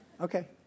Okay